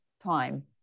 time